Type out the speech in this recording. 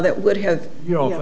that would have you know